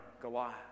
Goliath